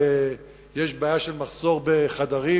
אם יש בעיה של מחסור בחדרים,